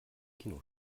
kino